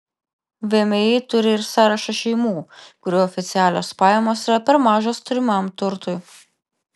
vmi turi ir sąrašą šeimų kurių oficialios pajamos yra per mažos turimam turtui